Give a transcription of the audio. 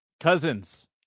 Cousins